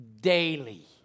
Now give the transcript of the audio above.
daily